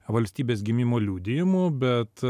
valstybės gimimo liudijimu bet